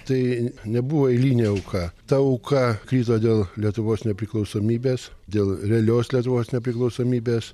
tai nebuvo eilinė auka ta auka krito dėl lietuvos nepriklausomybės dėl realios lietuvos nepriklausomybės